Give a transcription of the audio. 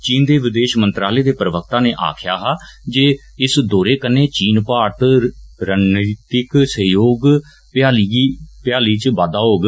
चीन दे विदेष मंत्रालय दे प्रवक्ता नै आक्खेया हा जे इस दौरे नै चीन भारत रणनीतिक सहयोग पजाली गी इच बाददा होग